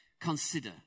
Consider